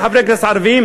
חברי הכנסת הערבים,